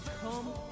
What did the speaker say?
come